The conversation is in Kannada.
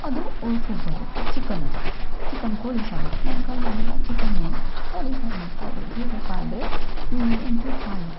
ಅದು ಓ ಸೂಪರು ಚಿಕನ್ನು ಚಿಕನ್ ಕೋಳಿ ಸಾರು ನಮ್ಮ ಕಾಲದಲ್ಲೆಲ ಚಿಕನ್ನು ಕೋಳಿ ಸಾರು ಮಾಡ್ತಾಯಿದ್ರು ಹೇಗಪ್ಪ ಅಂದರೆ ಒಂಚೂರು ಕಾಯಿ